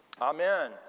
Amen